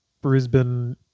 Brisbane